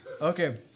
Okay